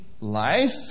life